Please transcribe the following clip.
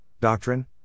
doctrine